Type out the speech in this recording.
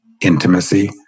intimacy